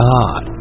God